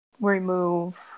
remove